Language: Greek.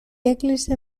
έκλεισε